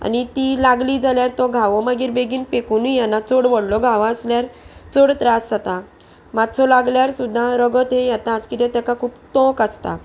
आनी ती लागली जाल्यार तो घावो मागीर बेगीन पेकुनूय येना चड व्हडलो घावो आसल्यार चड त्रास जाता मातसो लागल्यार सुद्दां रगत हें येताच कित्याक तेका खूब तोंक आसता